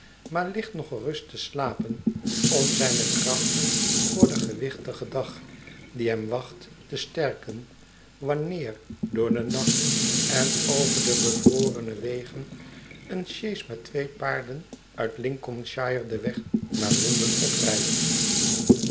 maar ligt nog gerust te slapen om zijne krachten voor den gewichtigen dag die hem wacht te sterken wanneer door den nacht en over de bevrorene wegen eene sjees met twee paarden uit lincolnshire den weg naar londen oprijdt